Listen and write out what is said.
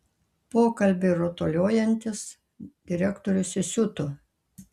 pokalbiui rutuliojantis direktorius įsiuto